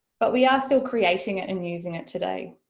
but we are still creating it and using it today.